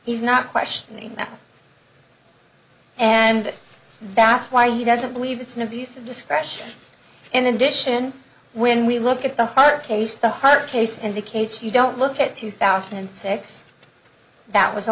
he's not questioning that and that's why he doesn't believe it's an abuse of discretion and in addition when we look at the hard case the hard case indicates you don't look at two thousand and six that was a